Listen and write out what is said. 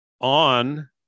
on